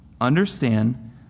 Understand